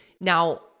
Now